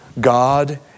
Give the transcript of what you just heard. God